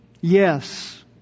Yes